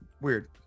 Weird